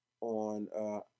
on